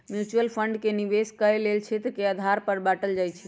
mutual fund के निवेश कएल गेल क्षेत्र के आधार पर बाटल जाइ छइ